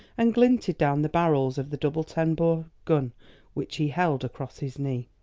and glinted down the barrels of the double ten-bore gun which he held across his knee.